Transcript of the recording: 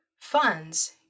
funds